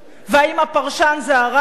האם הפרשן זה הרב,